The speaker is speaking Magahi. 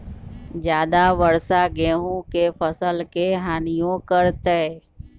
ज्यादा वर्षा गेंहू के फसल के हानियों करतै?